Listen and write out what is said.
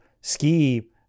ski